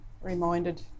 reminded